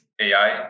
AI